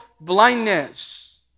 blindness